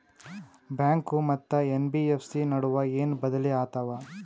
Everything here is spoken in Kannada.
ಬ್ಯಾಂಕು ಮತ್ತ ಎನ್.ಬಿ.ಎಫ್.ಸಿ ನಡುವ ಏನ ಬದಲಿ ಆತವ?